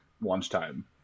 lunchtime